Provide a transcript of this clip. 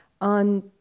on